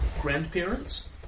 grandparents